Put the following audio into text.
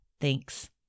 thanks